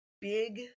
big